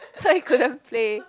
so I couldn't play